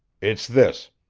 it's this